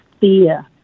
fear